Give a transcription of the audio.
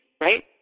right